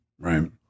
Right